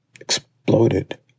exploded